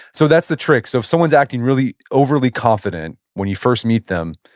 so that's the trick. so if someone's acting really overly confident when you first meet them,